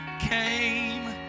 came